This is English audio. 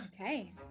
Okay